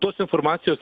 tos informacijos